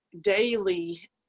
daily